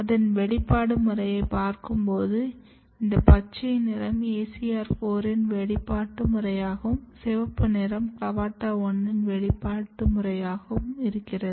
அதன் வெளிப்பாடு முறையை பார்க்கும் போது இந்த பச்சை நிறம் ACR 4 இன் வெளிப்பாடு முறையாகவும் சிவப்பு நிறம் CLAVATA 1 இன் வெளிப்பாடு முறையாகவும் இருக்கிறது